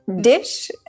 dish